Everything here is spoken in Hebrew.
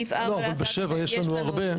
בסעיף 4 להצעת --- לא, אבל בסעיף 7 יש לנו הרבה.